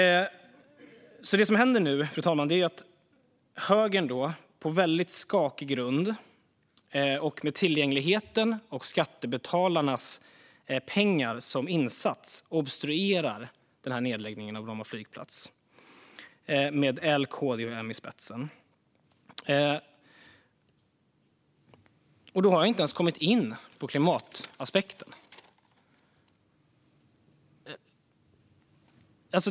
Det som händer nu är att högern på väldigt skakig grund och med tillgängligheten och skattebetalarnas pengar som insats obstruerar nedläggningen av Bromma flygplats med L, KD och M i spetsen. Och då har jag inte ens kommit in på klimataspekten.